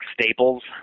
staples